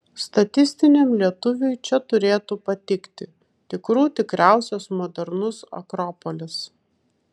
statistiniam lietuviui čia turėtų patikti tikrų tikriausias modernus akropolis